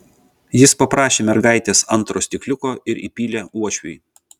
jis paprašė mergaitės antro stikliuko ir įpylė uošviui